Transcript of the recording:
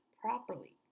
properly